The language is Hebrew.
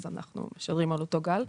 אז אנחנו משדרים על אותו גל.